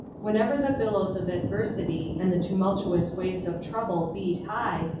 whenever the billows of adversity and the tumultuous waves of trouble beat high,